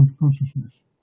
consciousness